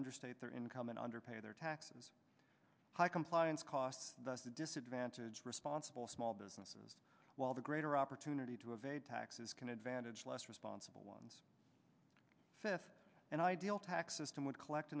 understate their income and underpay their taxes high compliance costs thus the disadvantage responsible small businesses while the greater opportunity to evade taxes can advantage less responsible ones fifth and ideal tax system would collect